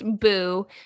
Boo